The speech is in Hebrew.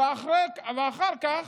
ואחר כך,